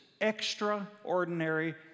extraordinary